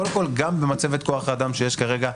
קודם כל גם במצבת כוח האדם שיש כרגע,